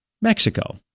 Mexico